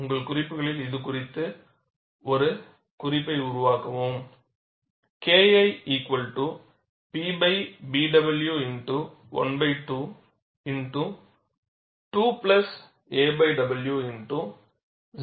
உங்கள் குறிப்புகளில் இது குறித்து ஒரு குறிப்பை உருவாக்கவும்